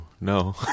No